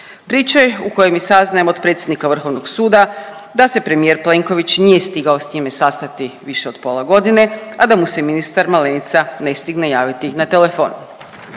Priče u kojem je saznajemo od predsjednika Vrhovnog suda da se premijer Plenković nije stigao s njime sastati više od pola godina, a da mu se ministar Malenica ne stigne javiti na telefon.